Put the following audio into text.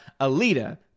Alita